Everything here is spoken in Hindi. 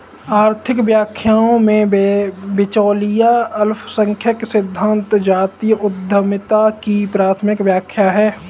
आर्थिक व्याख्याओं में, बिचौलिया अल्पसंख्यक सिद्धांत जातीय उद्यमिता की प्राथमिक व्याख्या है